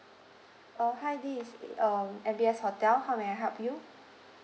uh hi this is uh um M_B_S hotel how may I help you